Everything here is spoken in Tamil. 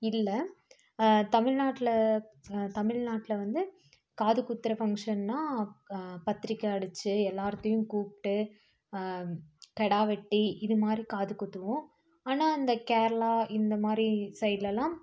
இல்லை தமிழ்நாட்டில தமிழ்நாட்டில வந்து காதுகுத்துகிற ஃபங்க்ஷன்னால் பத்திரிக்கை அடிச்சு எல்லாத்தையும் கூப்பிட்டு கிடா வெட்டி இது மாதிரி காது குத்துவோம் ஆனால் இந்த கேரளா இந்த மாதிரி சைட்லலாம்